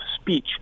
speech